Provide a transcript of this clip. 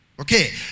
Okay